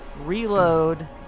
reload